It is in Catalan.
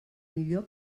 millor